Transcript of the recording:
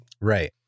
Right